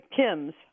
Kims